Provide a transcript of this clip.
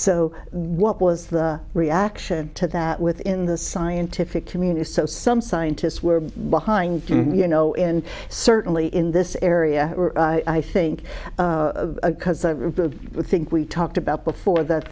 so what was the reaction to that within the scientific community so some scientists were behind you know and certainly in this area i think a think we talked about before that